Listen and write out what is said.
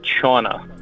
China